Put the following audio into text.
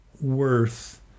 worth